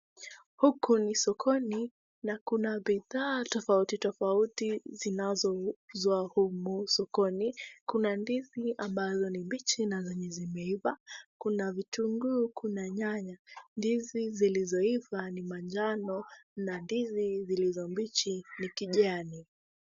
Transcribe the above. Huku ni sokoni na kuna bidhaa tofautitofauti zinazouzwa humu sokoni, kuna ndizi ambazo ni mbichi na zenye zimeiva, kuna vitunguu, kuna nyanya. Ndizi zilizoiva ni manjano na ndizi zilizo mbichi ni kijani.